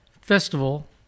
festival